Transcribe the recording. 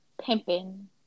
Pimping